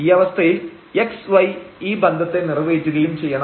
ഈ അവസ്ഥയിൽ x y ഈ ബന്ധത്തെ നിറവേറ്റുകയും ചെയ്യണം